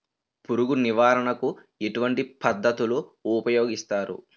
పురుగు నివారణ కు ఎటువంటి పద్ధతులు ఊపయోగిస్తారు?